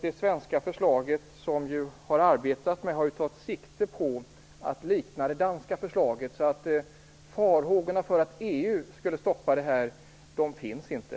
Det svenska förslaget har ju tagit sikte på att likna det danska förslaget, så några farhågor för att EU skulle stoppa förslaget finns inte.